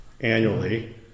annually